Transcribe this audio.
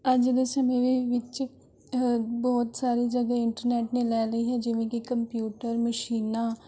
ਅੱਜ ਦੇ ਸਮੇਂ ਦੇ ਵਿੱਚ ਬਹੁਤ ਸਾਰੀ ਜਗ੍ਹਾ ਇੰਟਰਨੈੱਟ ਨੇ ਲੈ ਲਈ ਹੈ ਜਿਵੇਂ ਕਿ ਕੰਪਿਊਟਰ ਮਸ਼ੀਨਾਂ